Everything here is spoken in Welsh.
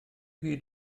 hyd